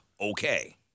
okay